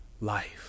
life